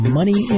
Money